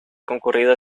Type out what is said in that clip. concurrida